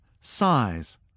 Size